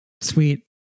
Sweet